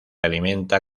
alimenta